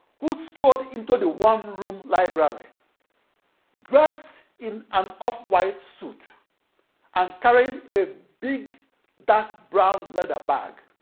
who strode into the one-room library dressed in an off-white suit and carrying a big dark brown leather bag.